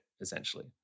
essentially